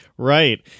Right